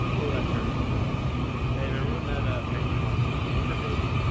pull that turn hey everyone that ah penguin lost to her, baby